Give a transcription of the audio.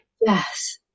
yes